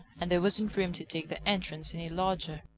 and there wasn't room to dig the entrance any larger.